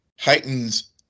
heightens